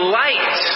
light